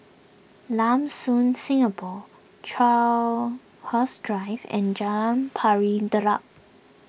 Lam Soon Singapore Crowhurst Drive and Jalan Pari Dedap